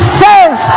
says